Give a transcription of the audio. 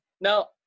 now